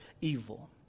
evil